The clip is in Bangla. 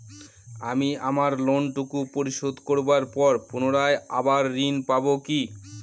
আমি আমার লোন টুকু পরিশোধ করবার পর পুনরায় আবার ঋণ পাবো কি?